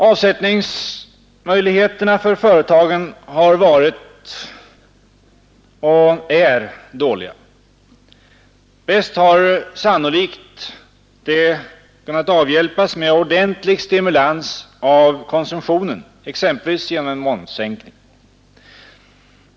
Avsättningsmöjligheterna för företagen har varit och är dåliga. Bäst hade sannolikt detta avhjälpts med en ordentlig stimulans av konsumtionen, som gör konsumtionen billigare, exempelvis genom en momssänkning.